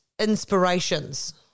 inspirations